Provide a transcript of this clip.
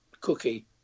cookie